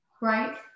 right